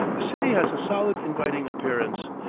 the city has a solid inviting appearance,